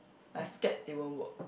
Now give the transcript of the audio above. I scared it won't work